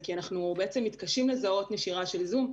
כי אנחנו מתקשים לזהות נשירה של זום.